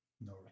No